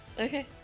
Okay